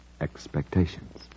expectations